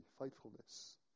faithfulness